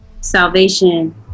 salvation